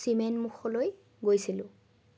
চিমেনমুখলৈ গৈছিলোঁ